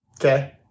Okay